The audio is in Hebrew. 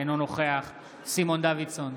אינו נוכח סימון דוידסון,